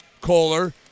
Kohler